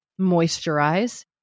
moisturize